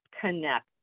connect